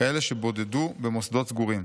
כאלה שבודדו במוסדות סגורים.